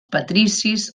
patricis